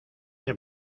ese